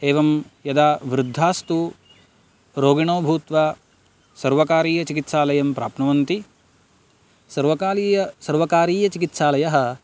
एवं यदा वृद्धास्तु रोगीणो भूत्वा सर्वकारीयचिकित्सालयं प्राप्नुवन्ति सर्वकालीय सर्वकारीयचिकित्सालयः